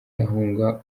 ahunga